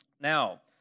Now